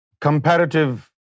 comparative